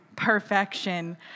perfection